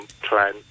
plan